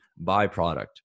byproduct